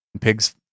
Pigs